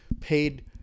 paid